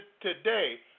today